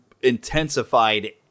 intensified